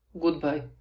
Goodbye